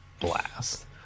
blast